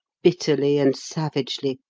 bitterly and savagely,